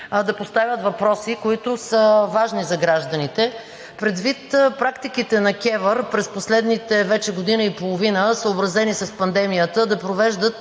да поставят въпроси, които са важни за гражданите. Предвид практиките на КЕВР през последната вече година и половина, съобразени с пандемията, да провеждат